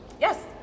Yes